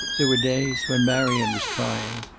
there were days, when marion was trying,